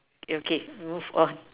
okay move on